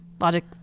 Logic